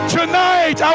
Tonight